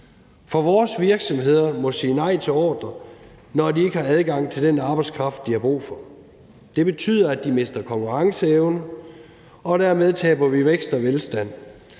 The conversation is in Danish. For vores virksomheder må sige nej til ordrer, når de ikke har adgang til den arbejdskraft, de har brug for. Det betyder, at de mister konkurrenceevne, og dermed taber vi vækst og velstand,